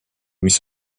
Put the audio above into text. mis